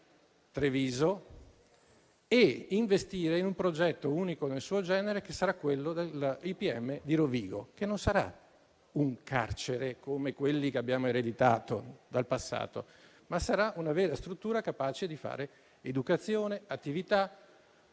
Treviso e investire in un progetto unico nel suo genere che sarà quello dell'IPM di Rovigo, che non sarà un carcere come quelli che abbiamo ereditato dal passato, ma sarà una struttura capace di fare vera educazione, attività,